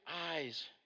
eyes